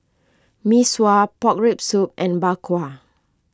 Mee Sua Pork Rib Soup and Bak Kwa